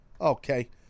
Okay